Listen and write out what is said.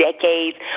decades